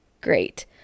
great